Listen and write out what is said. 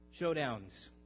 Showdowns